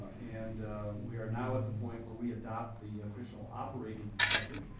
and we are now at the point where we adopt the official operating budget.